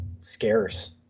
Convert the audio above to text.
scarce